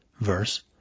Verse